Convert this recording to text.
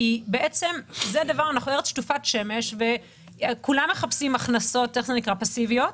כי בעצם אנחנו ארץ שטופת שמש וכולם מחפשים הכנסות פסיביות,